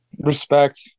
Respect